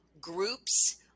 groups